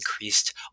increased